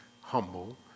humble